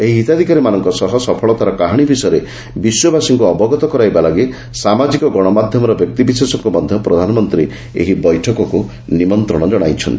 ଏହି ହିତାଧିକାରୀମାନଙ୍କ ସଫଳତା କାହାଣୀ ବିଷୟରେ ବିଶ୍ୱବାସୀଙ୍କୁ ଅବଗତ କରାଇବା ଲାଗି ସାମାଜିକ ଗଣମାଧ୍ୟମର ବ୍ୟକ୍ତିବିଶେଷଙ୍କୁ ମଧ୍ୟ ପ୍ରଧାନମନ୍ତ୍ରୀ ଏହି ବୈଠକକ୍ ନିମନ୍ତ୍ରଣ ଜଣାଇଛନ୍ତି